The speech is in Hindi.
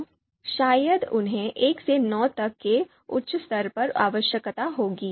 तो शायद उन्हें 1 से 9 तक के उच्च स्तर की आवश्यकता होगी